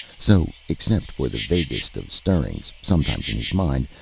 so, except for the vaguest of stirrings sometimes in his mind,